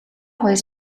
хоёр